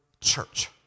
church